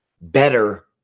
better